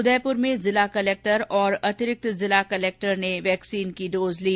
उदयपुर में जिला कलेक्टर और अतिरिक्त जिला कलेक्टरों ने भी वैक्सीन की डोज ली